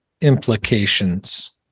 implications